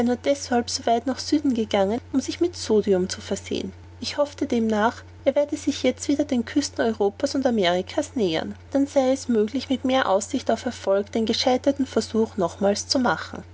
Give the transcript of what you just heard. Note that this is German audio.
deshalb so weit nach süden gegangen um sich mit sodium zu versehen ich hoffte demnach er werde jetzt sich wieder den küsten europa's und amerika's nähern dann sei es möglich mit mehr aussicht auf erfolg den gescheiterten versuch nochmals zu machen